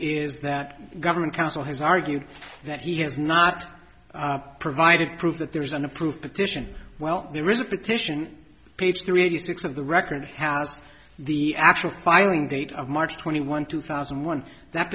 is that government counsel has argued that he has not provided proof that there is an approved petition well there is a petition page three eighty six of the record has the actual filing date of march twenty one two thousand and one that